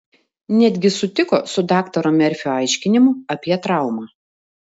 netgi sutiko su daktaro merfio aiškinimu apie traumą